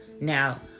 Now